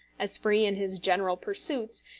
as free in his general pursuits,